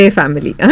family